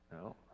No